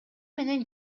менен